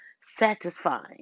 satisfying